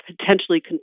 potentially